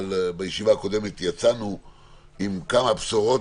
ובישיבה הקודמת יצאנו עם כמה בשורות